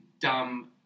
dumb